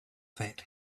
that